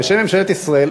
בשם ממשלת ישראל,